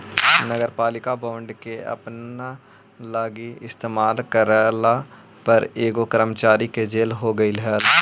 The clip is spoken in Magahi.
नगरपालिका बॉन्ड के अपना लागी इस्तेमाल करला पर एगो कर्मचारी के जेल हो गेलई हल